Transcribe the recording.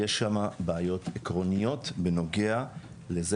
יש שם בעיות עקרוניות בנוגע לזה